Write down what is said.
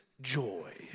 joy